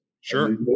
Sure